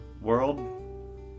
World